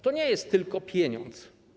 To nie jest tylko pieniądz.